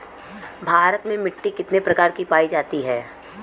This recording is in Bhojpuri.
भारत में मिट्टी कितने प्रकार की पाई जाती हैं?